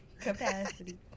Capacity